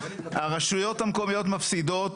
הרשויות המקומיות מפסידות,